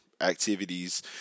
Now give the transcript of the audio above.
activities